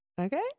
Okay